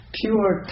pure